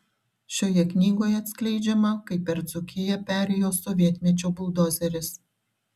šioje knygoje atskleidžiama kaip per dzūkiją perėjo sovietmečio buldozeris